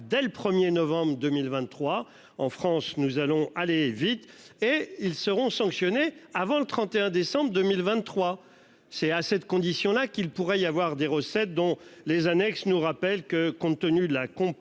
dès le 1er novembre 2023 en France, nous allons aller vite et ils seront sanctionnés avant le 31 décembre 2023. C'est à cette condition là qu'il pourrait y avoir des recettes dont les annexes nous rappelle que compte tenu de la compatibilité